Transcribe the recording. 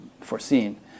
foreseen